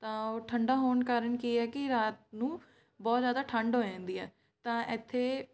ਤਾਂ ਉਹ ਠੰਡਾ ਹੋਣ ਕਾਰਨ ਕੀ ਹੈ ਕਿ ਰਾਤ ਨੂੰ ਬਹੁਤ ਜ਼ਿਆਦਾ ਠੰਡ ਹੋ ਜਾਂਦੀ ਹੈ ਤਾਂ ਇੱਥੇ